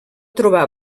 trobar